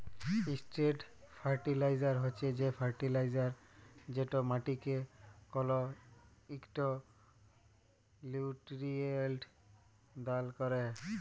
straight fertilizer হছে সে fertilizer যেট মাটিকে কল ইকট লিউটিরিয়েল্ট দাল ক্যরে